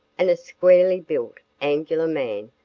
and a squarely built angular man,